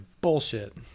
bullshit